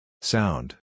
Sound